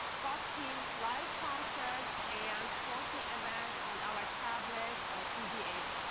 watching live concerts and sporting events on our tablets or pdas.